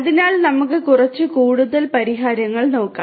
അതിനാൽ നമുക്ക് കുറച്ച് കൂടുതൽ പരിഹാരങ്ങൾ നോക്കാം